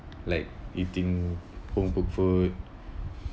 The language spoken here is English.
like eating home-cooked food